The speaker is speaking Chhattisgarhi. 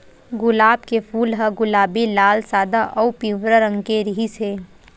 गुलाब के फूल ह गुलाबी, लाल, सादा अउ पिंवरा रंग के रिहिस हे